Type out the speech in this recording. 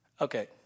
Okay